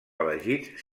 elegits